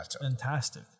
fantastic